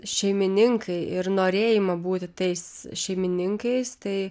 šeimininkai ir norėjimą būti tais šeimininkais tai